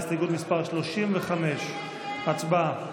הסתייגות מס' 35. הצבעה.